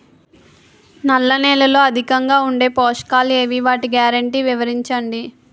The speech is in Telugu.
నల్ల నేలలో అధికంగా ఉండే పోషకాలు ఏవి? వాటి గ్యారంటీ వివరించండి?